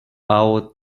hour